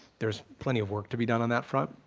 there's plenty of work to be done on that front.